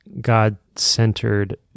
God-centered